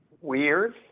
weird